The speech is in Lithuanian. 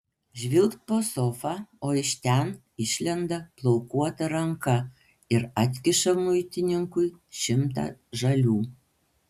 žvilgt po sofa o iš ten išlenda plaukuota ranka ir atkiša muitininkui šimtą žalių